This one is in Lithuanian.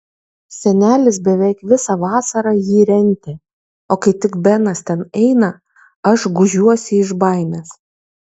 senelis beveik visą vasarą jį rentė o kai tik benas ten eina aš gūžiuosi iš baimės